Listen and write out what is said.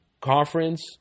conference